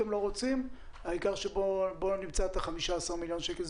העיקר שנמצא את ה-15 מיליון שקל האלה.